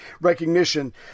recognition